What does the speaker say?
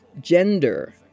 gender